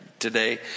today